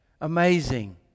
Amazing